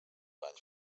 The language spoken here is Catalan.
anys